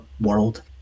world